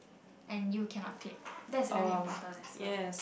and you cannot click that's very important as well